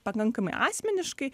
pakankamai asmeniškai